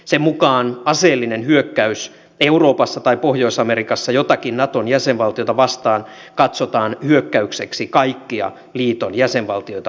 sen mukaan aseellinen hyökkäys euroopassa tai pohjois amerikassa jotakin naton jäsenvaltiota vastaan katsotaan hyökkäykseksi kaikkia liiton jäsenvaltioita vastaan